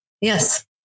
Yes